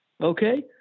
Okay